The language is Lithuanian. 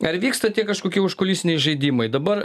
ar vyksta tie kažkoki užkulisiniai žaidimai dabar